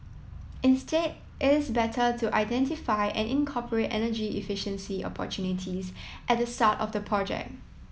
instead it is better to identify and incorporate energy efficiency opportunities at the start of the project